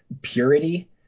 purity